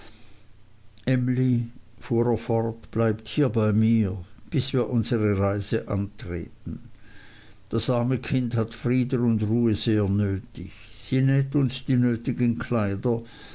fort bleibt hier bei mir bis wir unsere reise antreten das arme kind hat frieden und ruhe sehr nötig sie näht uns die nötigen kleider